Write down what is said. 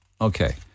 Okay